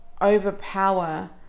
overpower